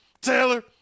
Taylor